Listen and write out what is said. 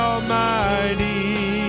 Almighty